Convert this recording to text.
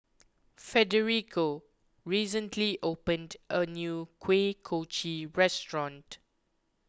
Federico recently opened a new Kuih Kochi restaurant